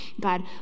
God